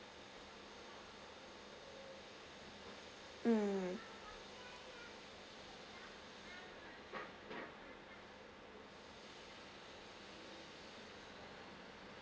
mm